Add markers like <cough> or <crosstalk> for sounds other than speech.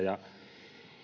<unintelligible> ja